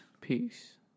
Peace